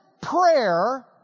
prayer